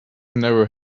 never